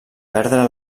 perdre